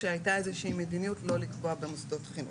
שהיתה איזו שהיא מדיניות לא לקבוע במוסדות חינוך.